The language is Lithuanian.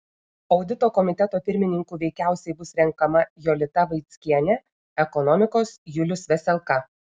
audito komiteto pirmininku veikiausiai bus renkama jolita vaickienė ekonomikos julius veselka